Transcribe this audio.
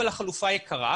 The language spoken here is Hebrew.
אבל החלופה היא יקרה,